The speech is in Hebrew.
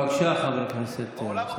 בבקשה, חבר הכנסת